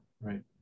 right